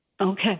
Okay